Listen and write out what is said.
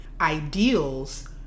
ideals